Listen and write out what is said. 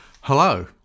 Hello